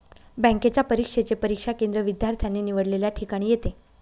बँकेच्या परीक्षेचे परीक्षा केंद्र विद्यार्थ्याने निवडलेल्या ठिकाणी येते